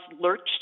lurched